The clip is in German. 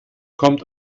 kommt